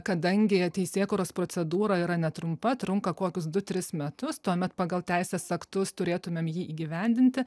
kadangi teisėkūros procedūra yra netrumpa trunka kokius du tris metus tuomet pagal teisės aktus turėtumėm jį įgyvendinti